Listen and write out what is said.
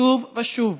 שוב ושוב: